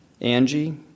Angie